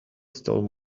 stole